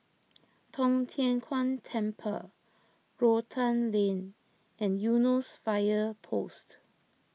Tong Tien Kung Temple Rotan Lane and Eunos Fire Post